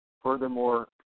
Furthermore